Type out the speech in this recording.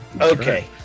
Okay